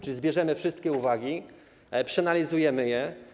Zbierzemy wszystkie uwagi, przeanalizujemy je.